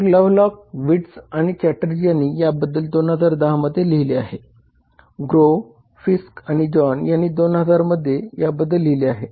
तर Lovelock Wirtz आणि चॅटर्जी यांनी याबद्दल 2010 मध्ये लिहिले आहे ग्रोव फिस्क आणि जॉन यांनी 2000 मध्ये याबद्दल लिहिले आहे